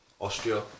Austria